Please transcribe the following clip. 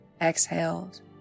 exhaled